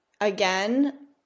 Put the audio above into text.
Again